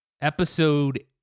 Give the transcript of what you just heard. episode